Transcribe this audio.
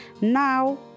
Now